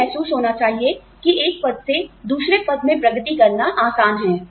उन्हें महसूस होना चाहिए कि एक पद से दूसरे पद में प्रगति करना आसान है